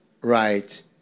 right